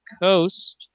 coast